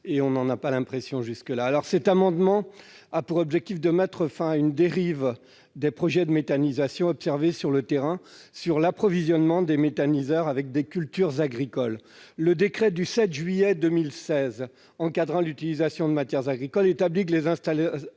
tel ne semble pas encore être le cas ... Cet amendement a pour objet de mettre fin à une dérive des projets de méthanisation, observée sur le terrain, sur l'approvisionnement des méthaniseurs avec des cultures agricoles. Le décret du 16 juillet 2016 encadrant l'utilisation de matières agricoles établit que les installations